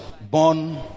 born